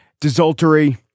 desultory